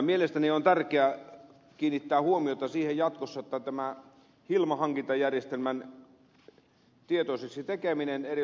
mielestäni on tärkeää kiinnittää huomiota siihen jatkossa että tehdään tämä hilma hankintajärjestelmä erilaisille yrityksille tutuksi